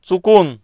चुकून